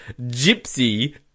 Gypsy